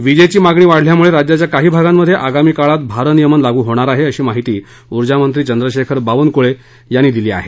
विजेची मागणी वाढल्यामुळे राज्याच्या काही भागांमध्ये आगामी काळात भारनियमन लागू होणार आहे अशी माहिती उर्जा मंत्री चंद्रशेखर बावनकुळे यांनी दिली आहे